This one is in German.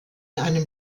einem